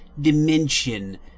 dimension